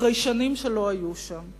אחרי שנים שלא היו שם.